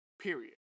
period